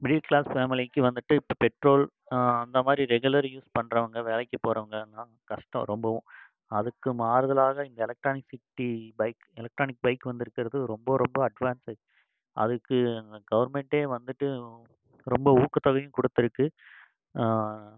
middle class ஃபேமலிக்கி வந்துட்டு இப்போ பெட்ரோல் அந்த மாதிரி ரெகுலர் யூஸ் பண்ணுறவுங்க வேலைக்கு போகிறவங்கலாம் கஷ்டம் ரொம்பவும் அதுக்கு மாறுதலாக இந்த எலெக்ட்ரானிக்சிட்டி பைக் எலெக்ட்ரானிக் பைக் வந்துருக்கிறது ரொம்ப ரொம்ப அட்வான்டேஜ் அதுக்கு கவுர்மெண்ட்டே வந்துட்டு ரொம்ப ஊக்கத்தொகையும் கொடுத்துருக்கு